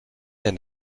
and